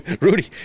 Rudy